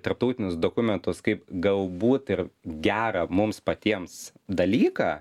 tarptautinius dokumentus kaip galbūt ir gerą mums patiems dalyką